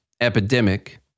epidemic